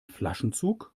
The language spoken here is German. flaschenzug